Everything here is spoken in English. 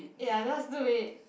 ya just do it